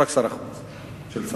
לא רק שר החוץ של צרפת.